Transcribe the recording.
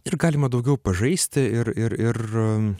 ir galima daugiau pažaisti ir ir ir